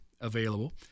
available